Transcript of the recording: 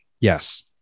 Yes